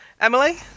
emily